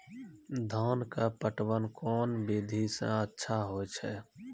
धान के पटवन कोन विधि सै अच्छा होय छै?